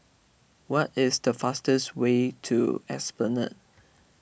what is the fastest way to Esplanade